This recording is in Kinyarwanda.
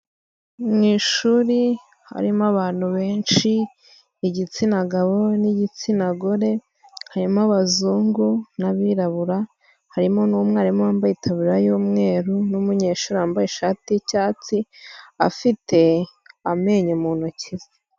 Mu ishuri harimo abantu benshi: Igitsina gabo n'igitsina gore, harimo abazungu n'abirabura, harimo n'umwarimu wambaye itaburiya y'umweru n'umunyeshuri wambaye ishati y'icyatsi, afite amenyo mu ntoki ze.